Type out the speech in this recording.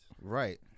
Right